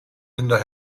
linda